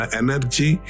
energy